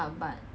那种